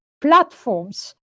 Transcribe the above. platforms